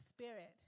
spirit